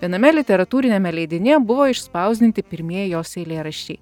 viename literatūriniame leidinyje buvo išspausdinti pirmieji jos eilėraščiai